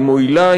היא מועילה,